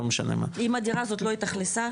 לא משנה מה --- אם הדירה הזאת לא התאכלסה,